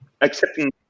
accepting